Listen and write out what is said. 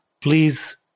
please